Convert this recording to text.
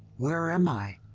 where am i?